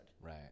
Right